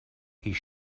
his